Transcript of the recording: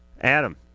Adam